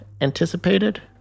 anticipated